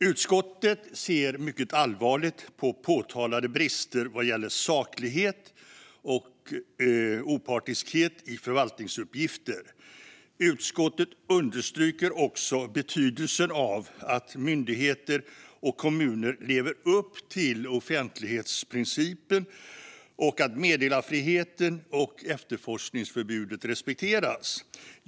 Utskottet ser mycket allvarligt på påtalade brister vad gäller saklighet och opartiskhet i förvaltningsuppgifter. Utskottet understryker också betydelsen av att myndigheter och kommuner lever upp till offentlighetsprincipen och att meddelarfriheten och efterforskningsförbudet respekteras.